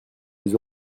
les